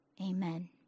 Amen